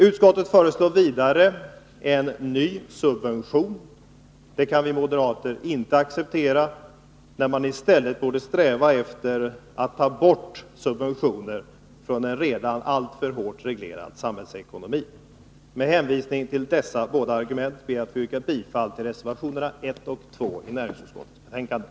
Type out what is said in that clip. Utskottet föreslår vidare en ny subvention. Det kan vi moderater inte acceptera, när man i stället borde sträva efter att ta bort subventioner från en redan alltför hårt reglerad samhällsekonomi. Med hänvisning till dessa båda argument ber jag att få yrka bifall till reservationerna 1 och 2 i näringsutskottets betänkande.